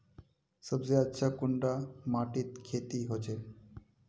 सबसे अच्छा कुंडा माटित खेती होचे?